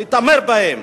להתעמר בהם.